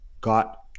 got